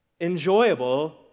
enjoyable